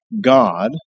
God